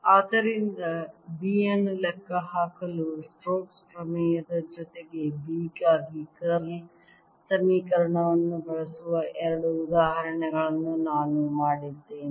ಆದ್ದರಿಂದ B ಅನ್ನು ಲೆಕ್ಕಹಾಕಲು ಸ್ಟೋಕ್ಸ್ ಪ್ರಮೇಯದ ಜೊತೆಗೆ B ಗಾಗಿ ಕರ್ಲ್ ಸಮೀಕರಣವನ್ನು ಬಳಸುವ ಎರಡು ಉದಾಹರಣೆಗಳನ್ನು ನಾನು ಮಾಡಿದ್ದೇನೆ